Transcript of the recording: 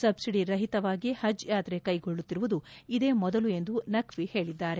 ಸಬ್ಬಡಿ ರಹಿತವಾಗಿ ಹಜ್ ಯಾತ್ರೆಗೆ ಕ್ಲೆಗೊಳ್ಳುತ್ತಿರುವುದು ಇದೇ ಮೊದಲು ಎಂದು ನಖ್ಷಿ ತಿಳಿಸಿದ್ದಾರೆ